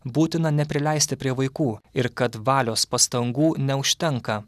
būtina neprileisti prie vaikų ir kad valios pastangų neužtenka